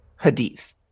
hadith